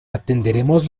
atenderemos